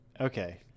okay